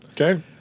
Okay